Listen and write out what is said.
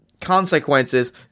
consequences